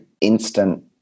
instant